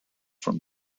from